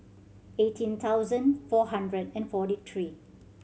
eighteen thousand four hundred and forty three